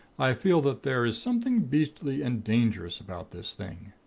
i feel that there is something beastly and dangerous about this thing